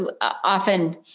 often